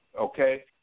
okay